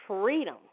freedom